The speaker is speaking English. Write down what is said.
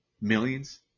millions